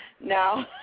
No